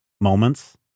moments